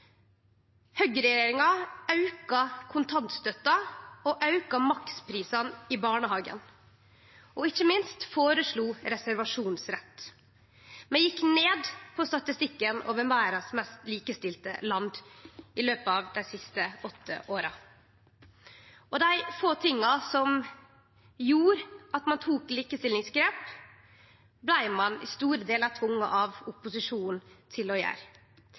Høgreregjeringa auka kontantstønaden, auka maksprisane i barnehagen og føreslo ikkje minst reservasjonsrett. Vi gjekk ned på statistikken over verdas mest likestilte land i løpet av dei siste åtte åra. Dei få tinga som gjorde at ein tok likestillingsgrep, blei ein i store delar tvinga av opposisjonen til å gjere.